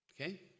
okay